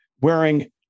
wearing